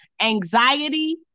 anxiety